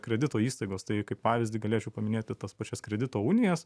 kredito įstaigos tai kaip pavyzdį galėčiau paminėti tas pačias kredito unijas